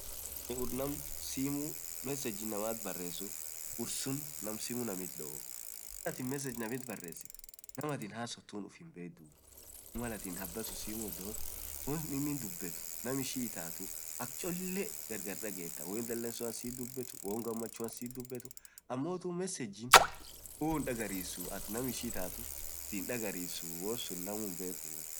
aninn urr naam simuu message inamaat baresuu afadhaliin naam simuu namiit doo malatin message baresiit nam atin hasituun himbeduu amo malatin simuu inamaat doot malinin dubet nam ishin itatuu gargaraa bedaa hoo inin dalansuan siit dubeed hoo ininn gamachuan siit dubeet mesage woyyu hindagarsisuu naam ishin itatuu sinhindagarsisuu woansun namuu hinbekuu.